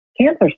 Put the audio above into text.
cancer